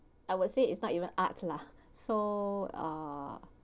I would say it's not even art la so uh